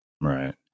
right